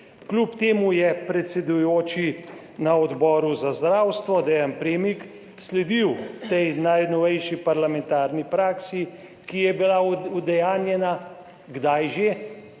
Kljub temu je predsedujoči na Odboru za zdravstvo, Dean Premik, sledil tej najnovejši parlamentarni praksi, ki je bila udejanjena. Kdaj že?